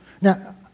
Now